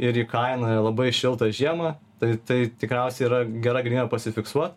ir įkainoja labai šiltą žiemą tai tai tikriausiai yra gera galimybė pasifiksuot